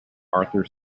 arthur